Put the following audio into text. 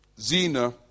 Zena